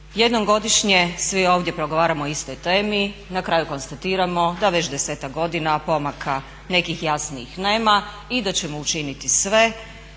Jednom godišnje svi ovdje progovaramo o istoj temi, na kraju konstatiramo da već 10-ak godina pomaka nekih jasnijih nema i da ćemo učiniti sve